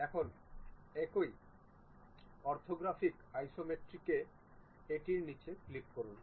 এখন একই অর্থোগ্রাফিক আইসোমেট্রিকে এটির নীচে ক্লিক করুন